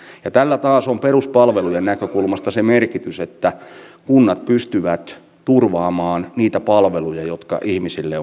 ja tällä taas on peruspalvelujen näkökulmasta se merkitys että kunnat pystyvät turvaamaan niitä palveluja jotka ihmisille